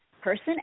person